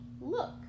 look